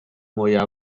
moja